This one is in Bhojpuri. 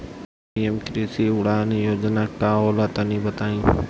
पी.एम कृषि उड़ान योजना का होला तनि बताई?